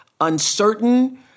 uncertain